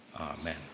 Amen